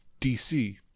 DC